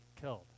killed